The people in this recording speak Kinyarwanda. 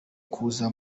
kuza